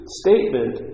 statement